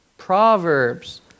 Proverbs